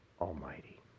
Almighty